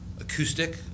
acoustic